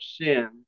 sin